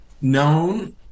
known